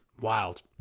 Wild